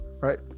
right